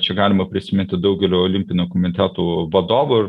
čia galima prisiminti daugelio olimpinių komitetų vadovų